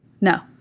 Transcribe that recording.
No